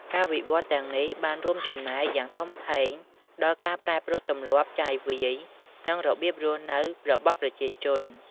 ការវិវត្តន៍ទាំងនេះបានរួមចំណែកយ៉ាងធំធេងដល់ការប្រែប្រួលទម្លាប់ចាយវាយ និងរបៀបរស់នៅរបស់ប្រជាជន។